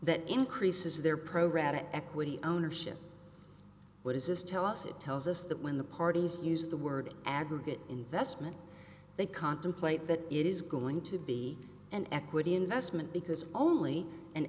that increases their program to equity ownership what does this tell us it tells us that when the parties use the word aggregate investment they contemplate that it is going to be an equity investment because only an